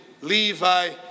Levi